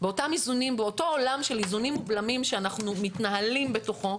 באותו עולם של איזונים ובלמים שאנחנו מתנהלים בתוכו,